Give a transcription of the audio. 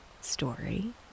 story